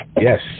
Yes